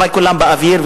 אבל כולן באוויר,